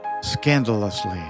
scandalously